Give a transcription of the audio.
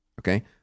Okay